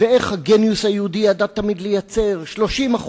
איך הגניוס היהודי ידע תמיד לייצר 30%,